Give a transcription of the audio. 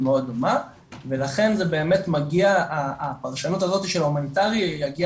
מאוד דומה ולכן זה באמת מגיע הפרשנות הזאתי של ההומניטרי יגיע